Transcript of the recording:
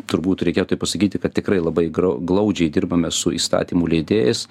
turbūt reikėtų tai pasakyti kad tikrai labai grau glaudžiai dirbame su įstatymų leidėjais